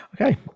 Okay